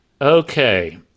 Okay